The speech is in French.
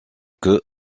queue